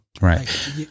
Right